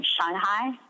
shanghai